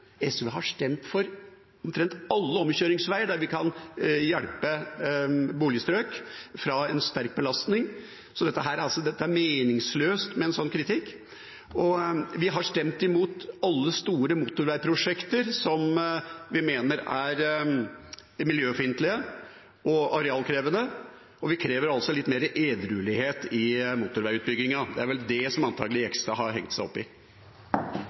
SV har stemt for omtrent alle omkjøringsveier der vi kan hjelpe boligstrøk fra en sterk belastning. – Det er meningsløst med en slik kritikk. Vi har stemt imot alle store motorveiprosjekter som vi mener er miljøfiendtlige og arealkrevende. Vi krever litt mer edruelighet i motorveiutbyggingen. Det er vel antakelig det Jegstad har hengt seg opp i.